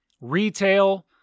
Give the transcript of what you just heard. Retail